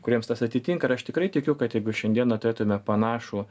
kuriems tas atitinka ir aš tikrai tikiu kad jeigu šiandieną turėtume panašų